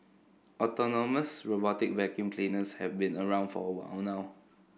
autonomous robotic vacuum cleaners have been around for a while now